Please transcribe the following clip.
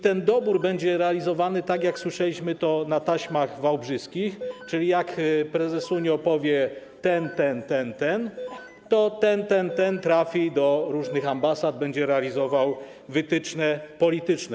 Ten dobór będzie realizowany tak, jak słyszeliśmy to na taśmach wałbrzyskich, czyli jeśli prezesunio powie: ten, ten, ten, ten, to ten, ten, ten, ten trafią do różnych ambasad, będą realizować wytyczne polityczne.